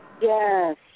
Yes